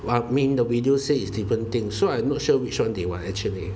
well I mean the video say is different thing so I'm not sure which [one] they want actually